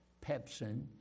Pepsin